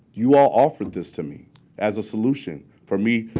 you all offered this to me as a solution for me.